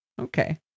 okay